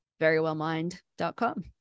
verywellmind.com